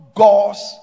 god's